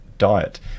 diet